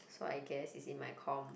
so I guess it's in my com